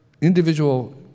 individual